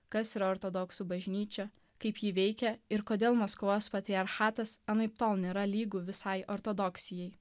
kas yra ortodoksų bažnyčia kaip ji veikia ir kodėl maskvos patriarchatas anaiptol nėra lygu visai ortodoksijai